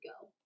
go